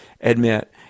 Admit